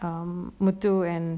um muthu and